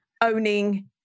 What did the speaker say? owning